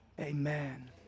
Amen